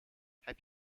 heb